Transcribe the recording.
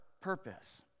purpose